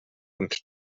und